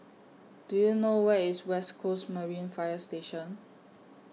Do YOU know Where IS West Coast Marine Fire Station